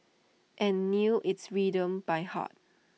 and knew its rhythms by heart